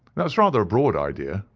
that's rather a broad idea,